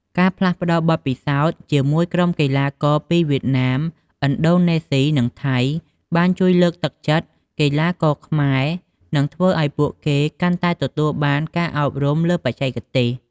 ការផ្លាស់ប្តូរបទពិសោធន៍ជាមួយក្រុមកីឡាករពីវៀតណាម ឥណ្ឌូនេស៊ី និងថៃ បានជួយលើកទឹកចិត្តកីឡាករខ្មែរ និងធ្វើឲ្យពួកគេកាន់តែទទួលការអប់រំលើបច្ចេកទេស។